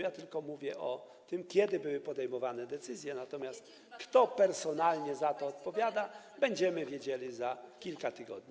Ja tylko mówię o tym, kiedy były podejmowane decyzje, natomiast to, kto personalnie za to odpowiada, będziemy wiedzieli za kilka tygodni.